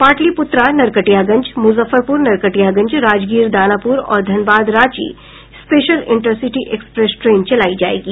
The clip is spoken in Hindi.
पाटलिपुत्रा नरकटियागंज मुजफ्फरपुर नरकटियागंज राजगीर दानापुर और Dhanbad Ranchi special intercity express train चलायी जायेगी